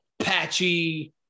patchy